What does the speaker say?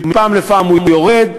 מפעם לפעם הוא יורד.